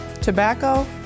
tobacco